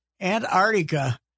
Antarctica